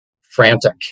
frantic